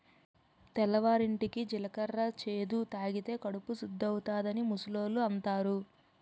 తెల్లవారింటికి జీలకర్ర చేదు తాగితే కడుపు సుద్దవుతాదని ముసలోళ్ళు అంతారు